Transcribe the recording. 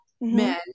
men